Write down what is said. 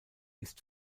ist